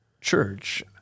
church